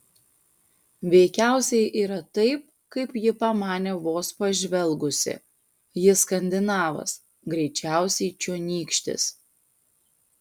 veikiausiai yra taip kaip ji pamanė vos pažvelgusi jis skandinavas greičiausiai čionykštis